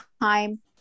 time